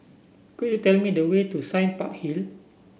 could you tell me the way to Sime Park Hill